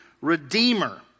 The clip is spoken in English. redeemer